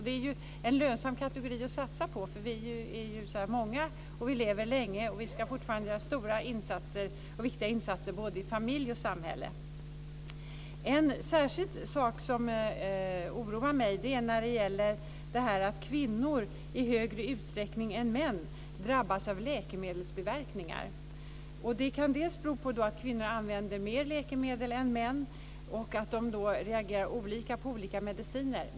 Det är en lönsam kategori att satsa på, för vi är många och vi lever länge. Vi ska fortfarande göra stora och viktiga insatser både i familj och samhälle. En sak som särskilt oroar mig är att kvinnor i större utsträckning än män drabbas av läkemedelsbiverkningar. Det kan bero på att kvinnor använder mer läkemedel än män och att de reagerar olika på olika mediciner.